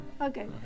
okay